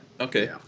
Okay